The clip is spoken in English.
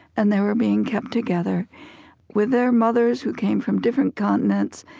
and they were being kept together with their mothers who came from different continents,